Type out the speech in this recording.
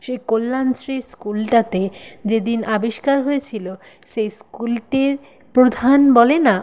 সেই কল্যাণশ্রী স্কুলটাতে যেদিন আবিষ্কার হয়েছিল সেই স্কুলটির প্রধান বলে না